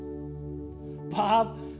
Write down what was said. Bob